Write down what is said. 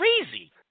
crazy